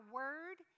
word